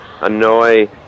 annoy